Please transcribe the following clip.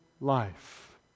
life